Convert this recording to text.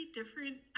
different